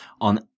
on